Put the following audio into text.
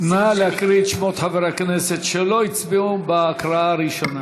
נא להקריא את שמות חברי הכנסת שלא הצביעו בהקראה הראשונה.